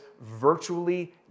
virtually